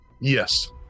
Yes